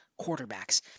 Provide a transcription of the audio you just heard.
quarterbacks